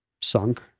sunk